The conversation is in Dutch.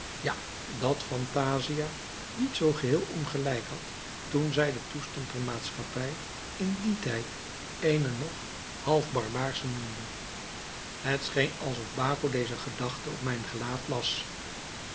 ja dat phantasia niet zoo geheel ongelijk had toen zij den toestand der maatschappij in dien tijd eene nog half barbaarsche noemde het scheen alsof baco deze gedachte op mijn gelaat las